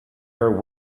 her